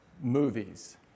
movies